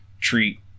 treat